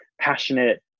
passionate